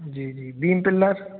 जी जी beam pillar